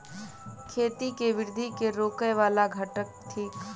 खेती केँ वृद्धि केँ रोकय वला घटक थिक?